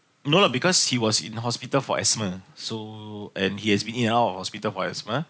no lah because he was in the hospital for asthma so and he has been in and out of hospital for asthma